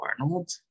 Arnold